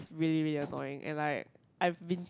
really really annoying and like I've been